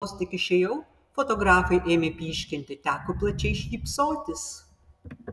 vos tik išėjau fotografai ėmė pyškinti teko plačiai šypsotis